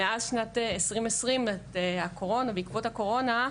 מאז שנת 2020 בעקבות הקורונה,